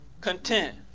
content